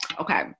Okay